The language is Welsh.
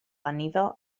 anifail